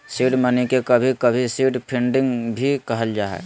seed money के कभी कभी सीड फंडिंग भी कहल जा हय